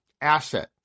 asset